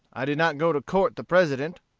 i did not go to court the president,